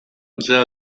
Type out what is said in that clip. già